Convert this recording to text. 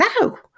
No